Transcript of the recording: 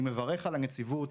אני מברך על הנציבות.